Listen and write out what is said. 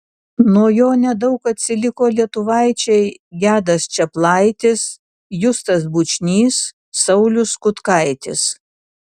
nuo jo nedaug atsiliko lietuvaičiai gedas čeplaitis justas bučnys saulius kutkaitis